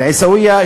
אל-עיסאוויה,